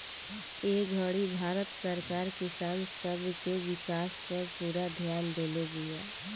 ए घड़ी भारत सरकार किसान सब के विकास पर पूरा ध्यान देले बिया